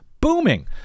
booming